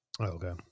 Okay